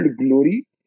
glory